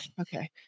okay